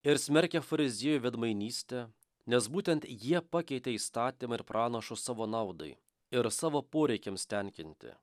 ir smerkia fariziejų veidmainystę nes būtent jie pakeitė įstatymą ir pranašus savo naudai ir savo poreikiams tenkinti